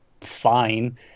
fine